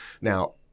Now